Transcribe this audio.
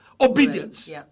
obedience